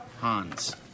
Hans